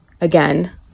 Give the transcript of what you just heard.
again